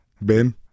Ben